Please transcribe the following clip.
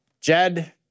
Jed